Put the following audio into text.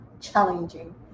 challenging